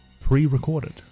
pre-recorded